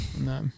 no